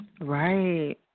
Right